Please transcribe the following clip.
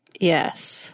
Yes